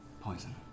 poison